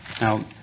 Now